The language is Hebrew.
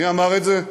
מי אמר את זה?